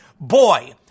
Boy